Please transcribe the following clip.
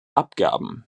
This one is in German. abgaben